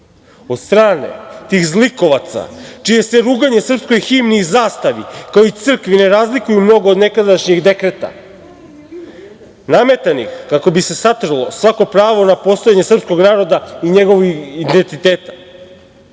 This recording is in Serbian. od strane tih zlikovaca, čije se ruganje srpskoj himni i zastavi, kao i crkvi ne razlikuje mnogo od nekadašnjeg dekreta nametanih kako bi se satrlo svako pravo na postojanje srpskog naroda i njegovog identiteta. Ovim